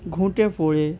ঘুঁটে পোড়ে